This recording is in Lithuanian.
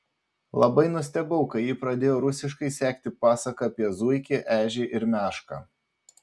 labai nustebau kai ji pradėjo rusiškai sekti pasaką apie zuikį ežį ir mešką